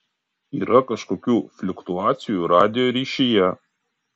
yra kažkokių fliuktuacijų radijo ryšyje